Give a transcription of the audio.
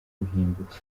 guhinduka